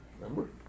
Remember